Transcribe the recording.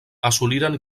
assoliren